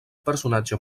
personatge